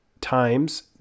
times